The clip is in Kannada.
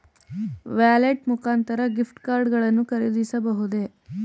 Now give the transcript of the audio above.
ವ್ಯಾಲೆಟ್ ಮುಖಾಂತರ ಗಿಫ್ಟ್ ಕಾರ್ಡ್ ಗಳನ್ನು ಖರೀದಿಸಬಹುದೇ?